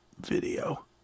video